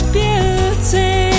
beauty